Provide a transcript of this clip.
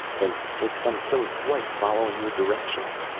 then take some silly flight following your directions.